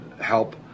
help